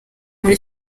muri